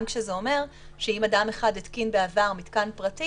גם כשזה אומר שאם אדם אחד התקין בעבר מתקן פרטי